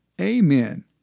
Amen